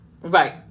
Right